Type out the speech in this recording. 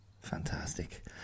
fantastic